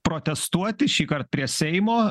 protestuoti šįkart prie seimo